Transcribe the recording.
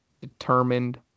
determined